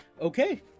Okay